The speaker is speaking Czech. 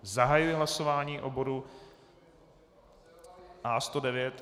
Zahajuji hlasování o bodu A109.